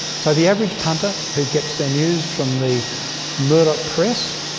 so the average punter, who gets their news from the murdoch press,